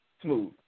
Smooth